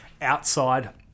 outside